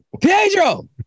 Pedro